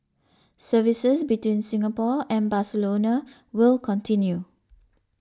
services between Singapore and Barcelona will continue